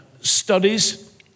studies